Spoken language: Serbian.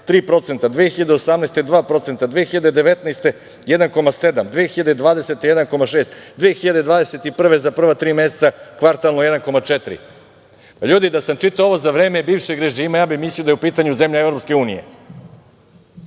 2%, 2019. godine 1,7%, 2020. godine 1,6%, 2021. za prva tri meseca kvartalno 1,4%.Ljudi, da sam čitao ovo za vreme bivšeg režima, ja bih mislio da je u pitanju zemlja